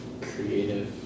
creative